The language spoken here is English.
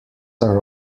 are